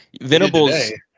Venable's